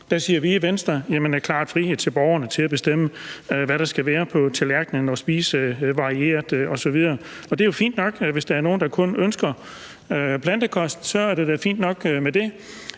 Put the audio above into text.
Der siger vi i Venstre: Klar frihed til borgerne til at bestemme, hvad der skal være på tallerkenen, og til at spise varieret osv. Og det er jo fint nok, hvis der er nogen, der kun ønsker plantekost. Det er fint nok med det,